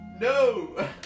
no